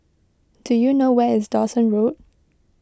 do you know where is Dawson Road